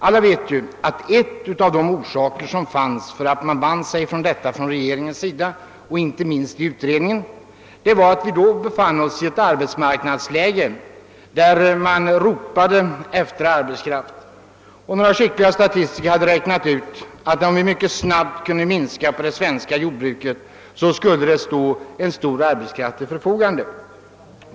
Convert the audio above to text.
Alla vet att en av anledningarna till att regeringen och inte minst utredningen band sig för denna målsättning var att vi vid det tillfället befann oss i ett arbetsmarknadsläge, där man ropade efter arbetskraft. Några skickliga statistiker hade räknat ut att arbetskraft mycket snabbt skulle ställas till förfogande om jordbruket kunde minskas ned.